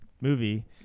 movie